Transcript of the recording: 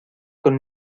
con